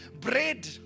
bread